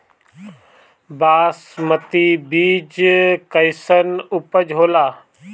बासमती बीज कईसन उपज होला?